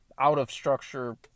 out-of-structure